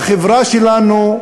בחברה שלנו,